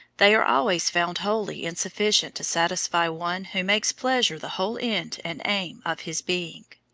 they are always found wholly insufficient to satisfy one who makes pleasure the whole end and aim of his being.